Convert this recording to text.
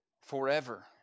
Forever